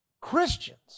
Christians